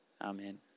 Amen